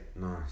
nice